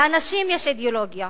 לאנשים יש אידיאולוגיה,